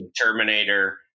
Terminator